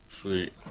Sweet